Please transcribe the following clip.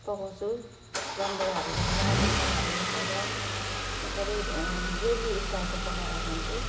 पकाउँछु रमभेडाहरू लगाएर मसालाहरू लगाएर मजाले ग्रेभी स्टाइलको पकाएर खान्छु